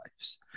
lives